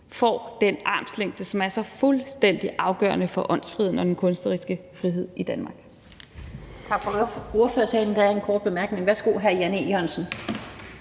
får den armslængde, som er så fuldstændig afgørende for åndsfriheden og den kunstneriske frihed i Danmark.